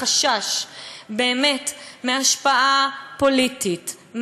החשש באמת מהשפעה פוליטית,